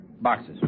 Boxes